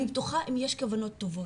אני בטוחה שיש כוונות טובות,